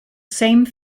same